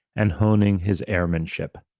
and honing his airmanship.